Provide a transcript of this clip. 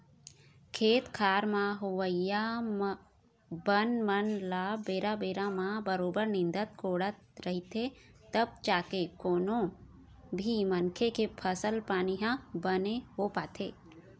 खेत खार म होवइया बन मन ल बेरा बेरा म बरोबर निंदत कोड़त रहिथे तब जाके कोनो भी मनखे के फसल पानी ह बने हो पाथे